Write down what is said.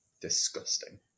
Disgusting